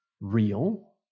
real